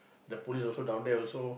the police also down there also